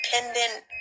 independent